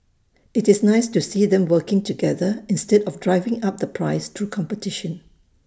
IT is nice to see them working together instead of driving up the price through competition